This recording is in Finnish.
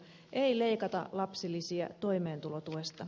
ei leikata lapsilisiä toimeentulotuesta